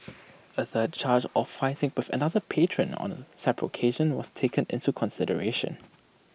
A third charge of fighting with another patron on A separate occasion was taken into consideration